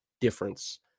difference